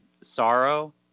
sorrow